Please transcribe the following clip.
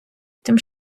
тим